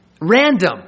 random